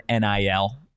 NIL